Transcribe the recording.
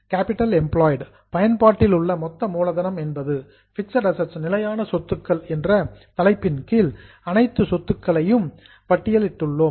capital employed பயன்பாட்டிலுள்ள மொத்த மூலதனம் என்பது பிக்ஸட் அசெட்ஸ் நிலையான சொத்துக்கள் என்ற தலைப்பின் கீழ் அனைத்து சொத்துக்களையும் லிஸ்டட் பட்டியலிட்டுள்ளோம்